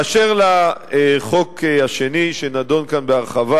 באשר לחוק השני שנדון כאן בהרחבה,